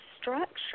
structure